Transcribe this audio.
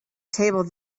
table